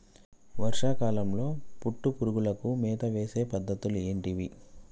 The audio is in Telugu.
వర్షా కాలంలో పట్టు పురుగులకు మేత వేసే పద్ధతులు ఏంటివి?